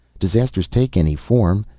disasters take any form.